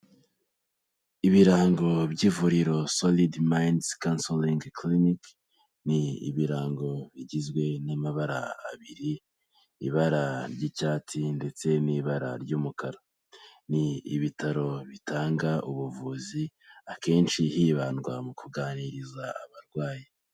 Ibirango by'ivuriro Solid Minds Counselling Clinic, ni ibirango bigizwe n'amabara abiri, ibara ry'icyatsi ndetse n'ibara ry'umukara, ni ibitaro bitanga ubuvuzi akenshi hibandwa mu kuganiriza abarwayi.